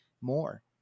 more